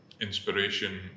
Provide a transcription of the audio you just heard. inspiration